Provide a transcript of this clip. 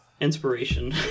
inspiration